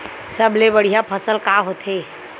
सबले बढ़िया फसल का होथे?